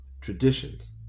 traditions